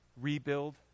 rebuild